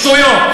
שטויות.